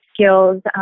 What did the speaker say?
skills